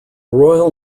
royal